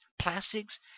plastics